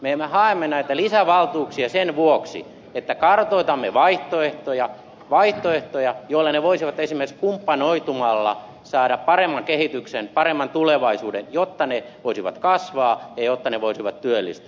me haemme näitä lisävaltuuksia sen vuoksi että kartoitamme vaihtoehtoja vaihtoehtoja joilla ne yhtiöt voisivat esimerkiksi kumppanoitumalla saada paremman kehityksen paremman tulevaisuuden jotta ne voisivat kasvaa ja jotta ne voisivat työllistää